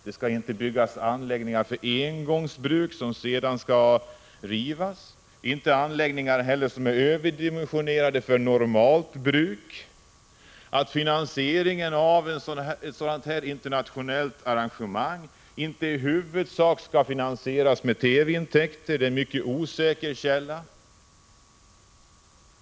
Det skallinte byggas anläggningar för engångsbruk, som sedan skall rivas, inte heller anläggningar som är överdimensionerade för normalt bruk. Ett sådant här internationellt arrangemang skall inte i huvudsak finansieras med TV-intäkter, som är en mycket osäker inkomstkälla.